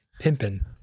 Pimpin